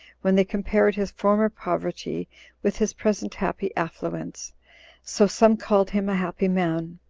when they compared his former poverty with his present happy affluence so some called him a happy man,